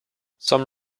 some